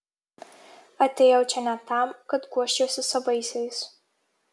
atėjau čia ne tam kad guosčiausi savaisiais